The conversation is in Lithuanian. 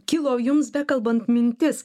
kilo jums bekalbant mintis